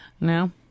No